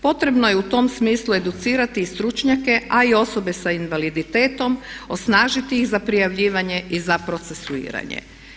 Potrebno je u tom smislu educirati i stručnjake a i osobe sa invaliditetom, osnažiti ih za prijavljivanje i za procesuiranje.